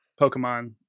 Pokemon